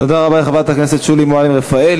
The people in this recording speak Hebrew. תודה רבה לחברת הכנסת שולי מועלם-רפאלי.